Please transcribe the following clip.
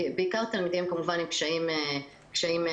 בעיקר לתלמידים עם קשיים מיוחדים.